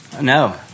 No